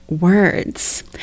words